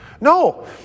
No